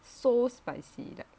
so spicy that